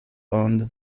owned